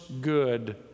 good